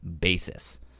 basis